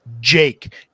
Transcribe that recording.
Jake